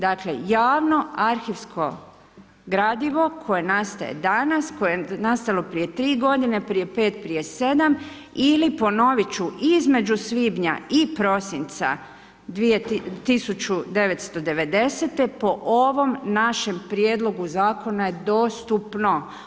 Dakle, javno arhivsko gradivo, koje nastaje danas, koje je nastalo prije 3 g., prije 5 prije 7 ili ponoviti ću, između svibnja i prosinca 1990. po ovom našem prijedlogu zakona je dostupno.